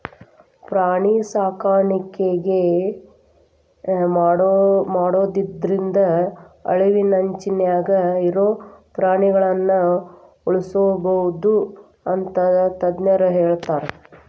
ಪ್ರಾಣಿ ಸಾಕಾಣಿಕೆ ಮಾಡೋದ್ರಿಂದ ಅಳಿವಿನಂಚಿನ್ಯಾಗ ಇರೋ ಪ್ರಾಣಿಗಳನ್ನ ಉಳ್ಸ್ಬೋದು ಅಂತ ತಜ್ಞರ ಹೇಳ್ತಾರ